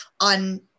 on